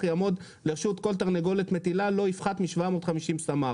שיעמוד לרשות כל תרנגולת מטילה לא יפחת מ- 750 סמ"ר.".